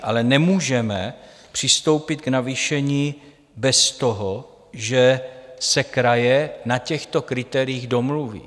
Ale nemůžeme přistoupit k navýšení bez toho, že se kraje na těchto kritériích domluví.